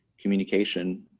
communication